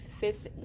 fifth